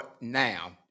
now